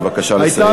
בבקשה לסיים.